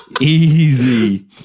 Easy